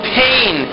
pain